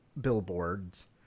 billboards